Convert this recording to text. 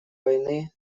войны